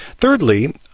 Thirdly